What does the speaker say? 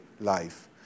life